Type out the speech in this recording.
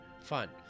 fun